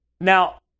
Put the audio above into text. Now